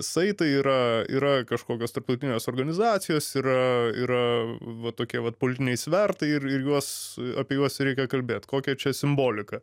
saitai yra yra kažkokios tarptautinės organizacijos yra yra va tokie vat politiniai svertai ir ir juos apie juos reikia kalbėt kokia čia simbolika